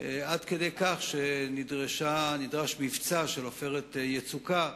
עד כדי כך שנדרש מבצע "עופרת יצוקה"